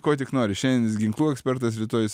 ko tik nori šiandien jis ginklų ekspertas rytoj jis